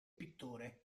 pittore